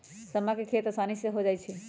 समा के खेती असानी से हो जाइ छइ